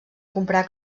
comprar